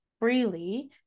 freely